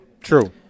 True